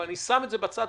אבל אני שם את זה בצד,